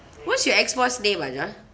what's your ex boss name ah john